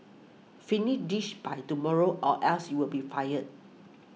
finish this by tomorrow or else you will be fired